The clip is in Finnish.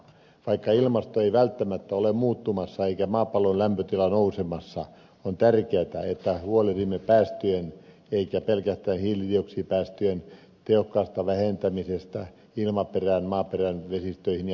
vaikka ilmasto ei välttämättä ole muuttumassa eikä maapallon lämpötila nousemassa on tärkeätä että huolehdimme päästöjen emmekä pelkästään hiilidioksidipäästöjen tehokkaasta vähentämisestä ilmakehästä maaperästä vesistöistä ja merestä